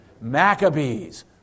Maccabees